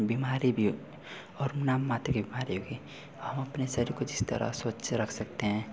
बिमारी भी और नाम मात्र की बिमारी भी हम अपने शरीर को जिस तरह से स्वच्छ रख सकते हैं